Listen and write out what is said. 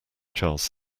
charles